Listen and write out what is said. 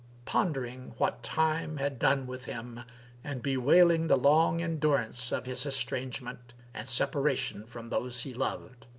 pondering what time had done with him and bewailing the long endurance of his estrangement and separation from those he loved.